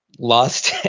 lust,